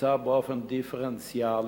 הוקצה באופן דיפרנציאלי,